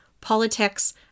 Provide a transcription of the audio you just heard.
politics